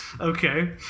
Okay